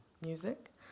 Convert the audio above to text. music